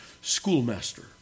schoolmaster